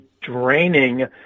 draining